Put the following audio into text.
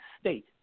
state